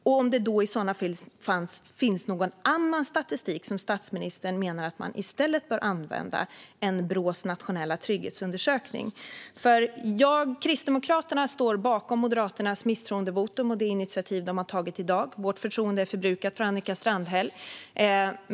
Och finns det i så fall någon annan statistik som statsministern menar att man bör använda i stället för Brås nationella trygghetsundersökning? Kristdemokraterna står bakom Moderaternas misstroendevotum och det initiativ som de har tagit i dag. Vårt förtroende för Annika Strandhäll är förbrukat.